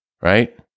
right